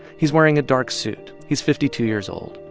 he's wearing a dark suit. he's fifty two years old.